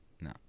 No